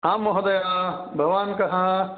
आं महोदय भवान् कः